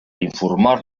informar